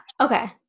Okay